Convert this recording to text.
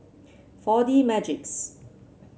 Four D Magix